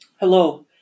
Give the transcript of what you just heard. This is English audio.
Hello